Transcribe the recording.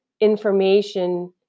information